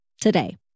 today